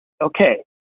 Okay